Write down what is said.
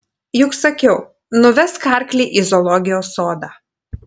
juk sakiau nuvesk arklį į zoologijos sodą